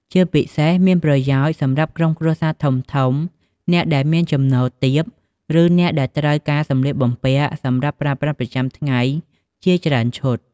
ជាពិសេសមានប្រយោជន៍សម្រាប់ក្រុមគ្រួសារធំៗ អ្នកដែលមានចំណូលទាប ឬអ្នកដែលត្រូវការសម្លៀកបំពាក់សម្រាប់ប្រើប្រាស់ប្រចាំថ្ងៃជាច្រើនឈុត។